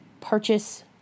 purchase